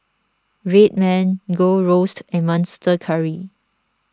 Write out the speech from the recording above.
Red Man Gold Roast and Monster Curry